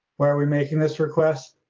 why are we making this request?